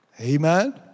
Amen